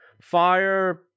fire